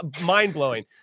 mind-blowing